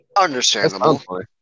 Understandable